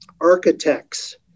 architects